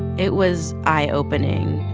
it was eye-opening